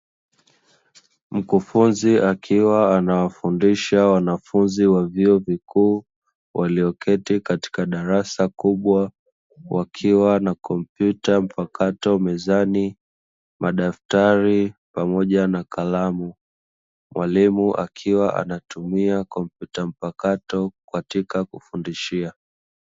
Mkufunzi akiwa anawafundisha wanafunzi wa vyuo vikuu, walioketi katika darsa kubwa wakiwa na kompyuta mpakato mezani madaftari pamoja na kalamu. Mwalimu akiwa anatumia kompyuta mpakato katika kufundishia.